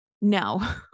no